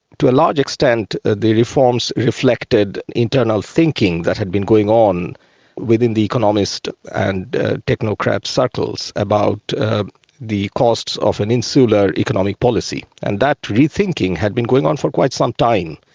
to a large extent ah the reforms reflected internal thinking that had been going on within the economist and technocrat circles about ah the costs of an insular economic policy. and that rethinking had been going on for quite some time.